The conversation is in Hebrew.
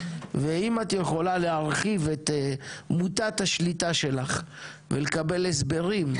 אם את יכולה להרחיב את מוטת השליטה שלך ולקבל הסברים,